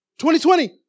2020